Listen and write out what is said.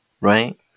right